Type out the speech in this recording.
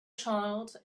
child